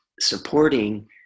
supporting